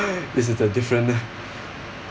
this is the different